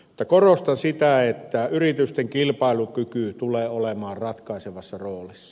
mutta korostan sitä että yritysten kilpailukyky tulee olemaan ratkaisevassa roolissa